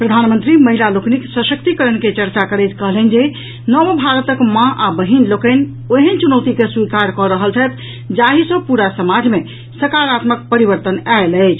प्रधानमंत्री महिला लोकनिक सशक्तीकरण के चर्चा करैत कहलनि जे नव भारतक माता आ बहिन लोकनि ओहेन चुनौती के स्वीकार कऽ रहल छथि जाहि सॅ पूरा समाज मे सकारात्मक परिवर्तन आयल अछि